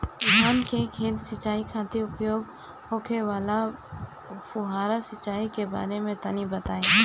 धान के खेत की सिंचाई खातिर उपयोग होखे वाला फुहारा सिंचाई के बारे में तनि बताई?